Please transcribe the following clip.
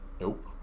Nope